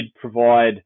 provide